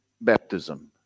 baptism